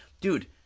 dude